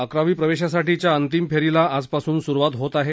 अकरावी प्रवेशासाठीच्या अंतिम फेरीला आजपासून सुरुवात होणार आहे